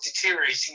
deteriorating